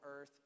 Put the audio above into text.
earth